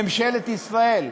ממשלת ישראל,